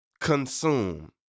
consume